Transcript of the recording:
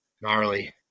gnarly